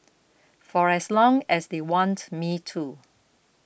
for as long as they want me to